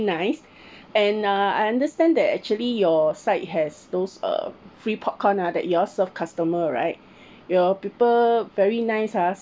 nice and uh I understand that actually your site has those uh free popcorn ah that you all serve customer right your people very nice ah